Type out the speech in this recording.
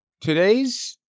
Today's